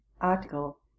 article